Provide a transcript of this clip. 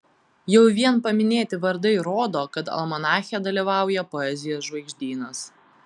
jau vien paminėti vardai rodo kad almanache dalyvauja poezijos žvaigždynas